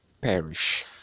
perish